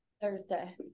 Thursday